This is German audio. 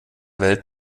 welt